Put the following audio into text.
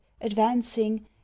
advancing